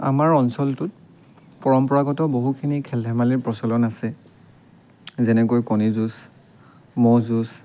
আমাৰ অঞ্চলটোত পৰম্পৰাগত বহুখিনি খেল ধেমালিৰ প্ৰচলন আছে যেনেকৈ কণী যুঁজ ম'হ যুঁজ